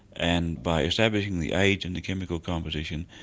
and by establishing the age and the chemical composition,